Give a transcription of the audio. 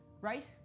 right